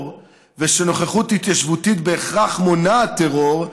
ושנוכחות התיישבותית בהכרח מונעת טרור,